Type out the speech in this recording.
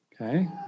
Okay